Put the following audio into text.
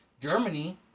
Germany